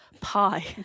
pie